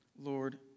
Lord